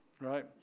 Right